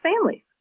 families